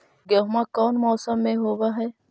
गेहूमा कौन मौसम में होब है?